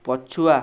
ପଛୁଆ